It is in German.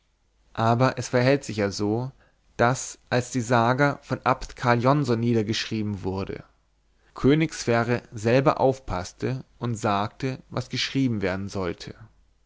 aber es verhält sich ja so daß als die saga von abt karl jonsson niedergeschrieben wurde könig sverre selber aufpaßte und sagte was geschrieben werden sollte